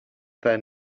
their